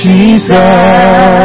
Jesus